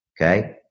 Okay